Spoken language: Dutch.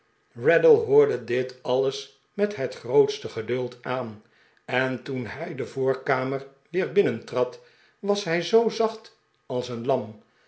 raddle hoorde dit alles met het grootste geduld aan en toen hij de voorkamer weer binnentrad was hij zoo zacht als een lam